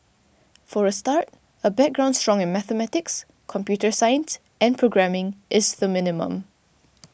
for a start a background strong in mathematics computer science and programming is the minimum